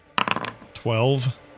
Twelve